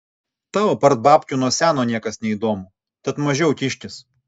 tau apart babkių nuo seno niekas neįdomu tad mažiau kiškis